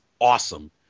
awesome